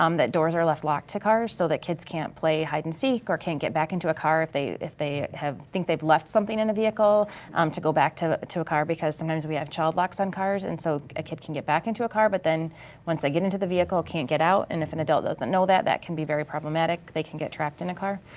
um that doors are left locked to cars so that kids can't play hide and seek or can't get back into a car if they if they think they've left something in a vehicle um to go back to a to a car because sometimes we have child locks on cars and so a kid can get back into a car but then once they get into the vehicle can't get out and if an adult doesn't know that that can be very problematic, they can get trapped in a car.